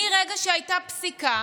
מרגע שהייתה פסיקה